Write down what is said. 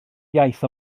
iaith